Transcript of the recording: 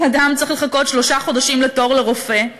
אם אדם צריך לחכות שלושה חודשים לתור לרופא,